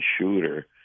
shooter